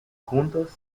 juntos